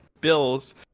bills